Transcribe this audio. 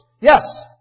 Yes